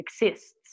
exists